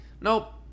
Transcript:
Nope